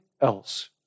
else